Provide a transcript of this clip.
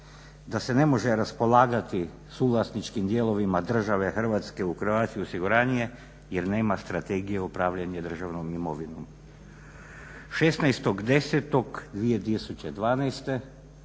da se ne može raspolagati suvlasničkim dijelom države Hrvatske u Croatia osiguranje jer nema strategije upravljanja državnom imovinom. 16.10.2012.